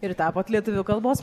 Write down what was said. ir tapot lietuvių kalbos